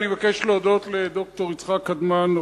אני מבקש להודות לד"ר יצחק קדמן,